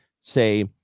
say